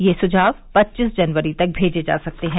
ये सुझाव पच्चीस जनवरी तक भेजे जा सकते हैं